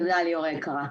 תודה, ליאור היקרה.